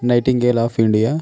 nightingale of India